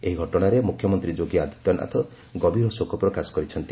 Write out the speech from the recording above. ଏହି ଘଟଣାରେ ମୁଖ୍ୟମନ୍ତ୍ରୀ ଯୋଗୀ ଆଦିତ୍ୟନାଥ ଗଭୀର ଶୋକ ପ୍ରକାଶ କରିଛନ୍ତି